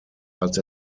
als